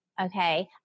Okay